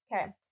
Okay